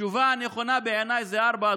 התשובה הנכונה בעיניי זו תשובה 4,